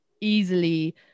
easily